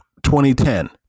2010